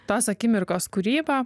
tos akimirkos kūryba